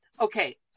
Okay